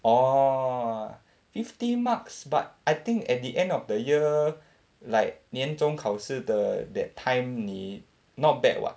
orh fifty marks but I think at the end of the year like 年终考试的 that time 妳 not bad [what]